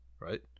right